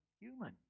human